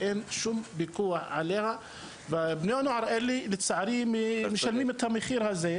ולצערי, בני הנוער משלמים את המחיר הזה.